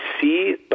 see